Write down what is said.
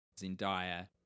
Zendaya